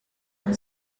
anti